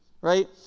Right